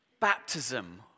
baptism